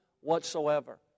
whatsoever